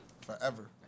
Forever